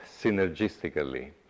synergistically